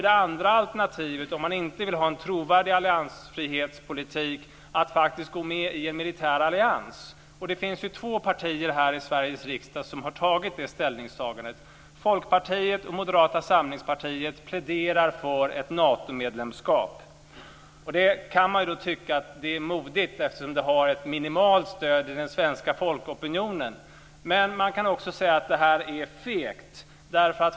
Det andra alternativet, om man inte vill ha en trovärdig alliansfrihetspolitik, är att faktiskt gå med i en militär allians. Det finns två partier här i Sveriges riksdag som har tagit ställning för detta. Folkpartiet och Moderata samlingspartiet pläderar för ett Natomedlemskap. Man kan tycka att det är modigt, eftersom det har ett minimalt stöd i den svenska folkopinionen, men man kan också säga att det är fegt.